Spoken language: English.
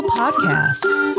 podcasts